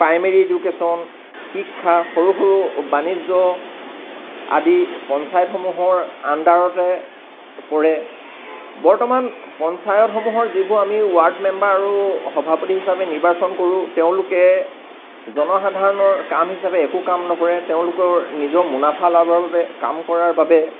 primary education শিক্ষা সৰু সৰু বাণিজ্য আদি পঞ্চায়তসমূহৰ আণ্ডাৰতে পৰে বৰ্তমান পঞ্চায়তসমূহৰ যিবোৰ আমি ৱাৰ্ড মেম্বাৰ আৰু সভাপতি হিচাপে নিৰ্বাচন কৰোঁ তেওঁলোকে জনসাধাৰণৰ কাম হিচাপে একো কাম নকৰে তেওঁলোকৰ নিজৰ মুনাফা লাভৰ বাবে কাম কৰাৰ বাবে